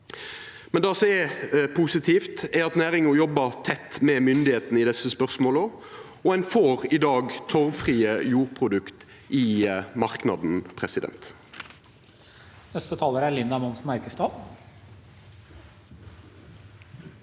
Men det som er positivt, er at næringa jobbar tett med myndigheitene i desse spørsmåla, og ein får i dag torvfrie jordprodukt i marknaden.